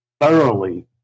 thoroughly